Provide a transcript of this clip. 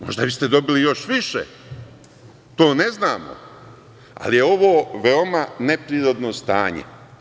Možda biste dobili još više, to ne znamo, ali je ovo veoma neprirodno stanje.